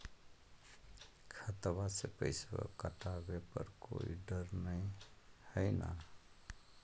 खतबा से पैसबा कटाबे पर कोइ डर नय हय ना?